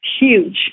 huge